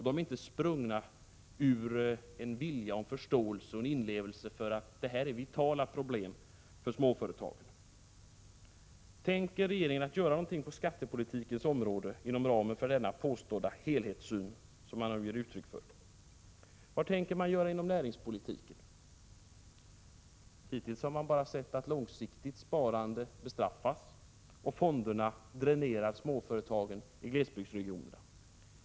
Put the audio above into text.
De är inte sprungna ur en vilja att hjälpa, en förståelse och inlevelse för att det är vitala problem för småföretagen. Tänker regeringen göra någonting på skattepolitikens område inom ramen för den nya påstådda helhetssynen, som man har gett uttryck för? Vad tänker man göra inom näringspolitiken? Hittills har man bara sett att långsiktigt sparande bestraffas och fonderna dränerar småföretagen i glesbygdsregionerna.